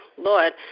Lord